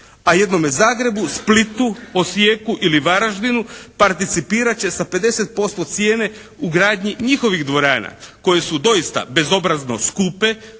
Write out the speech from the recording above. a jednome Zagrebu, Splitu, Osijeku ili Varaždinu participirat će sa 50% cijene u gradnji njihovih dvorana, koje su doista bezobrazno skupe,